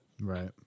Right